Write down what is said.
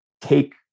take